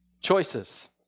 Choices